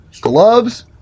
gloves